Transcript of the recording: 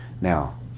Now